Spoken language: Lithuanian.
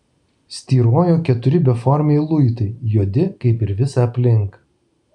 styrojo keturi beformiai luitai juodi kaip ir visa aplink